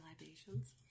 Libations